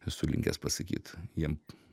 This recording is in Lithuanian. esu linkęs pasakyt jiem